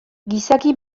gizaki